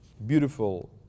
beautiful